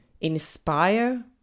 inspire